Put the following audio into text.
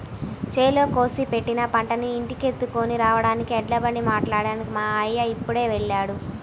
చేలో కోసి పెట్టిన పంటని ఇంటికెత్తుకొని రాడానికి ఎడ్లబండి మాట్లాడ్డానికి మా అయ్య ఇప్పుడే వెళ్ళాడు